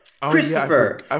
Christopher